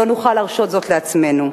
לא נוכל להרשות זאת לעצמנו.